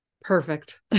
Perfect